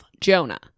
Jonah